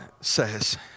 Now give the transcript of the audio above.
says